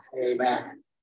Amen